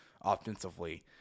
offensively